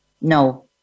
No